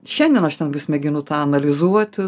šiandien aš ten vis mėginu tą analizuoti